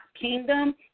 Kingdom